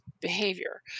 behavior